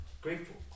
grateful